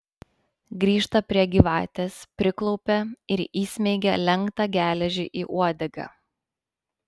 grįžta prie gyvatės priklaupia ir įsmeigia lenktą geležį į uodegą